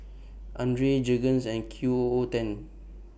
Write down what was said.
Andre Jergens and Qoo ten